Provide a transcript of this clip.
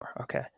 Okay